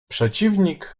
przeciwnik